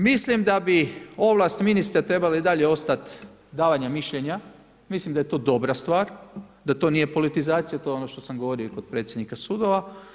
Mislim da bi ovlasti ministra trebale i dalje ostati davanje mišljenja, mislim da je to dobra stvar, da to nije politizacija, to je ono što sam govorio i podpredsjednika sudova.